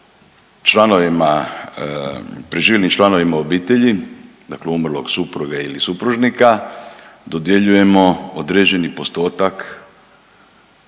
preživjelim članovima obitelji, dakle umrlog supruga ili supružnika dodjeljujemo određeni postotak